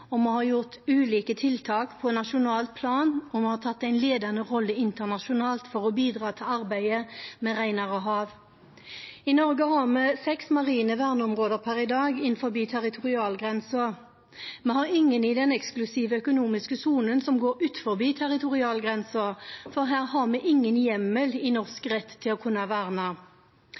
regjering. Vi har gjort ulike tiltak på nasjonalt plan, og vi har tatt en ledende rolle internasjonalt for å bidra til arbeidet med renere hav. I Norge har vi seks marine verneområder per i dag innenfor territorialgrensen. Vi har ingen i den eksklusive økonomiske sonen, som går utenfor territorialgrensen, og her har vi ingen hjemmel i norsk rett til å kunne verne.